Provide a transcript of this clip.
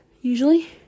usually